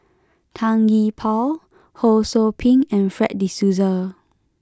Tan Gee Paw Ho Sou Ping and Fred de Souza